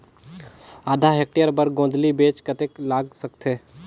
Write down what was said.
आधा हेक्टेयर बर गोंदली बीच कतेक लाग सकथे?